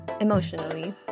Emotionally